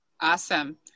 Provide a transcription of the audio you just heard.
Awesome